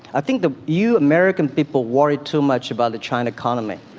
i think the you american people worry too much about the china economy